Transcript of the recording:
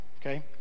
okay